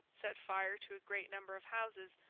set fire to a great number of houses,